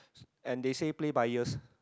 and they say play by ears